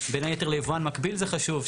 בין היתר ליבואן מקביל זה חשוב,